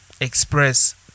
Express